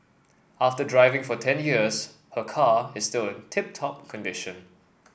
after driving for ten years her car is still in tip top condition